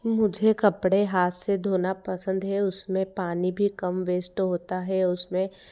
मुझे कपड़े हाथ से धोना पसंद है उसमें पानी भी कम वेस्ट होता है उसमें